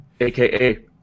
aka